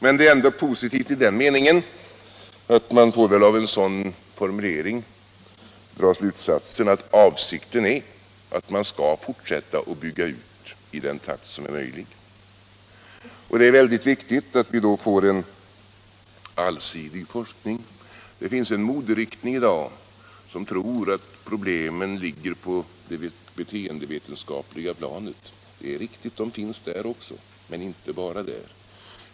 Men det är ändå positivt i den meningen att man på grund av en sådan formulering drar slutsatsen att avsikten är att fortsätta att bygga ut i den takt som är möjlig. Det är då viktigt att vi får en allsidig forskning. Det finns en moderiktning i dag som tror att problemen ligger på det beteendevetenskapliga planet. Det är riktigt, de finns där också, men inte bara där.